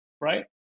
right